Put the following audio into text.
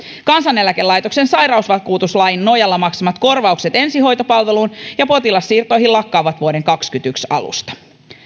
kansaneläkelaitoksen sairausvakuutuslain nojalla maksamat korvaukset ensihoitopalveluun ja potilassiirtoihin lakkaavat vuoden kaksikymmentäyksi alusta